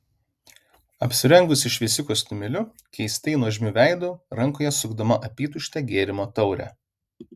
apsirengusi šviesiu kostiumėliu keistai nuožmiu veidu rankoje sukdama apytuštę gėrimo taurę